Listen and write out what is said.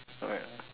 alright